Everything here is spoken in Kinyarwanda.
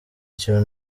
kintu